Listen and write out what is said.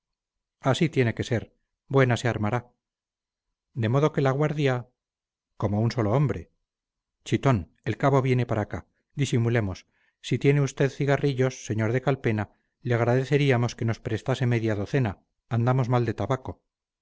así tiene que ser buena se armará de modo que la guardia como un solo hombre chitón el cabo viene para acá disimulemos si tiene usted cigarrillos sr de calpena le agradeceríamos que nos prestase media docena andamos mal de tabaco